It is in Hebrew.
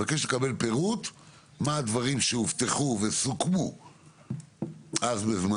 ולקבל פירוט מהם הדברים שהובטחו וסוכמו בזמנו,